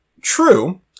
true